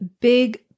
big